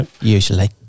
Usually